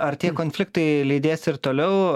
ar tie konfliktai lydės ir toliau